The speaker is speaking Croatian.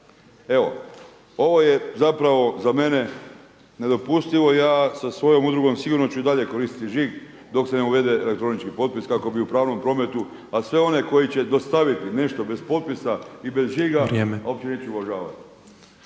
Evo ovo je zapravo za mene nedopustivo. Ja sa svojom udrugom sigurno ću i dalje koristiti žig dok se ne uvede elektronički potpis kako bi u pravnom prometu a sve one koji će dostaviti nešto bez potpisa i bez žiga … …/Upadica